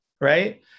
right